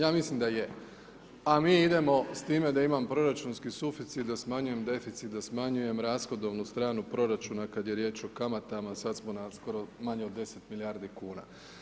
Ja mislim da je a mi idemo s time da imam proračunski proficit, da smanjujem deficit, da smanjujem rashodnovnu stranu proračuna kada je riječ o kamatama, sada smo na skoro manje od 10 milijardi kuna.